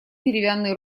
деревянный